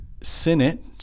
Senate